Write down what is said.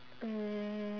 um